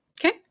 Okay